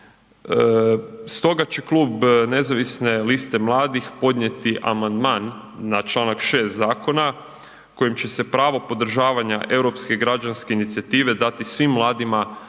Stoga će Klub nezavisne liste mladih podnijeti amandman na čl. 6. zakona kojim će se pravo podržavanja Europske građanske inicijative dati svim mladima